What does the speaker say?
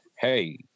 Hey